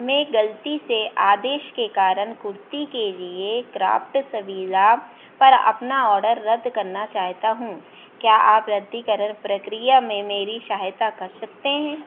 मैं ग़लती से आदेश के कारण कुर्ति के लिए क्राफ्टसविला पर अपना ऑडर रद्द करना चाहता हूँ क्या आप रद्दीकरण प्रक्रिया में मेरी सहायता कर सकते हैं